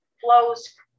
flows